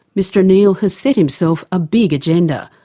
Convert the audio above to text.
mr o'neill has set himself a big agenda,